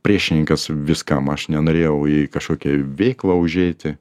priešininkas viskam aš nenorėjau į kažkokią veiklą užeiti